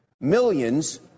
millions